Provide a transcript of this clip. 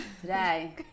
Today